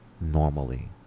normally